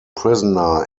prisoner